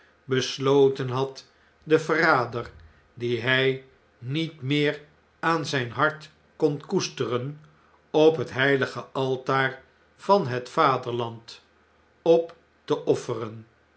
besloten had den verrader dien hjj niet meer aan zjjn hart kon koesteren op het heilige altaar van het vaderland op teofferen